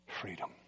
freedom